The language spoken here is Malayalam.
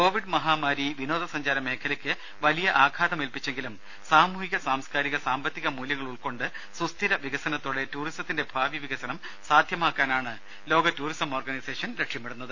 കോവിഡ് മഹാമാരി വിനോദ സഞ്ചാര മേഖലയ്ക്ക് വലിയ ആഘാതമേൽപ്പിച്ചെങ്കിലും സാമൂഹ്യ സാംസ്കാരിക സാമ്പത്തിക മൂല്യങ്ങൾ ഉൾക്കൊണ്ട് സുസ്ഥിര വികസനത്തോടെ ടൂറിസത്തിന്റെ ഭാവി വികസനം സാധ്യമാക്കാനാണ് ലോക ടൂറിസം ഓർഗനൈസേഷൻ ലക്ഷ്യമിടുന്നത്